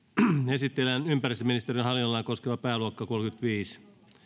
esitellään ympäristöministeriön hallinnonalaa koskeva pääluokka kolmannenkymmenennenviidennen